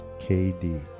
KD